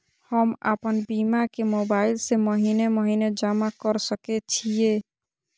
हम आपन बीमा के मोबाईल से महीने महीने जमा कर सके छिये?